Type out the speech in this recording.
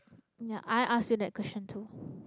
ya I asked you that question too